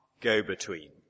go-between